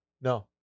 No